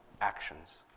actions